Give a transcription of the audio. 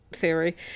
Theory